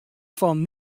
fan